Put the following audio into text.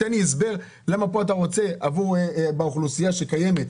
תן לי הסבר למה פה אתה רוצה באוכלוסייה שקיימת,